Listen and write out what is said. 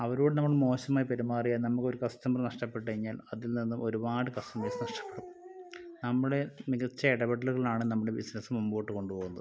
അവരോട് നമ്മൾ മോശമായി പെരുമാറിയാൽ നമുക്കൊരു കസ്റ്റമറ് നഷ്ടപ്പെട്ടു കഴിഞ്ഞാൽ അതിൽ നിന്നും ഒരുപാട് കസ്റ്റമേഴ്സ് നഷ്ടപ്പെടും നമ്മുടെ മികച്ച ഇടപെടലുകളാണ് നമ്മുടെ ബിസ്നസ്സ് മുമ്പോട്ട് കൊണ്ടുപോകുന്നത്